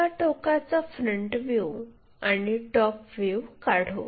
एका टोकाचा front view आणि टॉप व्ह्यू काढू